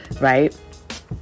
Right